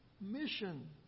mission